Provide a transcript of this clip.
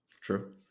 True